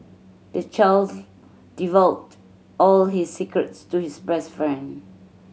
the child divulged all his secrets to his best friend